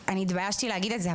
התביישתי להגיד את זה,